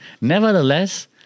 nevertheless